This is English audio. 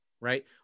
right